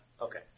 okay